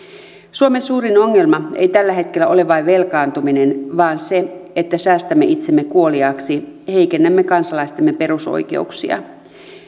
suomen suurin ongelma ei tällä hetkellä ole vain velkaantuminen vaan se että säästämme itsemme kuoliaaksi ja heikennämme kansalaistemme perusoikeuksia